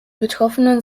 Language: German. betroffenen